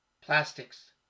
Plastics